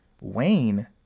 Wayne